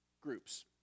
groups